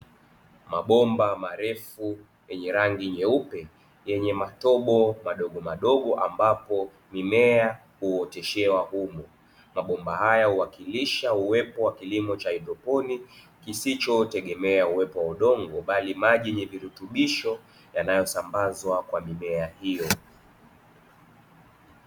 Mabomba marefu yenye rangi nyeupe yenye matobo madogomadogo, ambapo mimea huoteshewa humo, mabomba haya huwakilisha uwepo wa kilimo cha haidroponi kisicho tegemea uwepo wa udongo bali maji yenye virutubisho yanayo sambazwa kwa mimea hiyo.